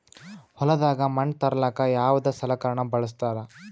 ಹೊಲದಾಗ ಮಣ್ ತರಲಾಕ ಯಾವದ ಸಲಕರಣ ಬಳಸತಾರ?